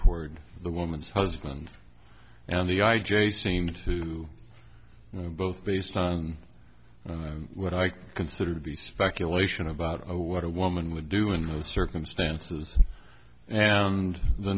toward the woman's husband and the i j a seemed to both based on what i consider to be speculation about what a woman would do in those circumstances and the